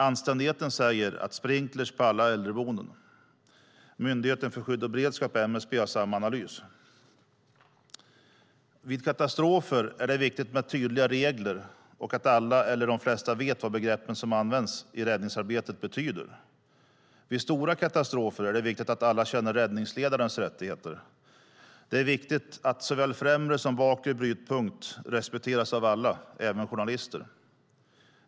Anständigheten säger att det ska vara sprinkler på alla äldreboenden. Myndigheten för samhällsskydd och beredskap, MSB, gör samma analys. Vid katastrofer är det viktigt med tydliga regler och att alla eller de flesta vet vad begreppen som används i räddningsarbetet betyder. Vid stora katastrofer är det viktigt att alla känner till räddningsledarens rättigheter. Det är viktigt att såväl främre som bakre brytpunkt respekteras av alla, även journalister.